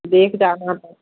देख जाना फिर